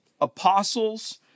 apostles